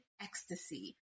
ecstasy